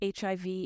HIV